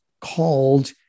called